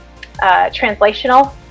translational